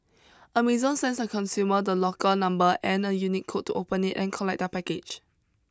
Amazon sends a customer the locker number and a unique code to open it and collect their package